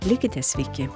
likite sveiki